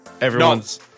Everyone's